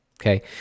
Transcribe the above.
okay